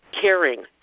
caring